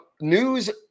news